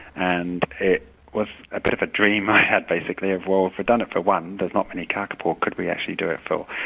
and it was a bit of a dream i had basically of, well, if we've done it for one, there's not any kakapo could we actually do it for,